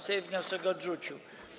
Sejm wniosek odrzucił.